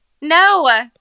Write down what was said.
No